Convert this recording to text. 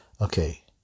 Okay